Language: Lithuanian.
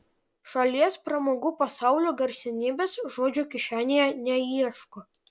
šalies pramogų pasaulio garsenybės žodžio kišenėje neieško